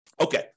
Okay